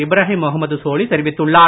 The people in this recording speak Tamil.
இப்ரஹிம் முகம்மது சோலி தெரிவித்துள்ளார்